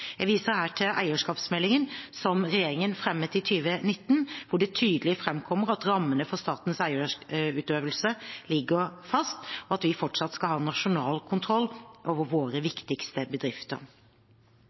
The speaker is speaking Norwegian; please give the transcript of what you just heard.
Jeg viser her til eierskapsmeldingen som regjeringen fremmet i 2019, hvor det tydelig framkommer at rammene for statens eierutøvelse ligger fast – og at vi fortsatt skal ha nasjonal kontroll over våre